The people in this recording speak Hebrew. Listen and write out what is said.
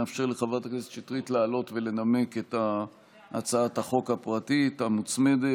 נאפשר לחברת הכנסת שטרית לעלות ולנמק את הצעת החוק הפרטית המוצמדת.